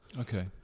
Okay